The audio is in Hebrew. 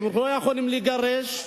הם לא יכולים לגרש,